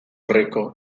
rico